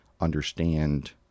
understand